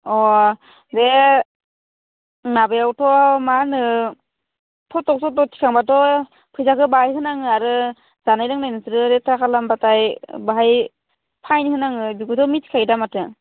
अह बे माबायावथ' मा होनो फट' सट' थिखांबाथ' फैसाखौ बाहाय होनाङो आरो जानाय लोंनाय नोंसोरो लेथ्रा खालामबाथाय बाहाय फाइन होनाङो बिदिखौथ' मिथिखायो दा माथो